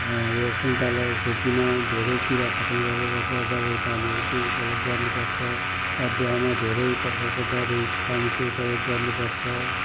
यो सुन्तलाको खेतीमा धेरै किरा फटेङ्ग्राले गर्दा दबाई पानीहरूको उपलब्ध गर्नु पर्छ अदुवामा धेरै प्रकारको दबाई पानीको प्रयोग गर्नु पर्छ